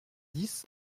dix